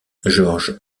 georges